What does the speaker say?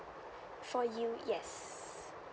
for you yes